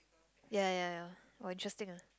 ya ya ya oh interesting ah